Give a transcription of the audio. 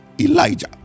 Elijah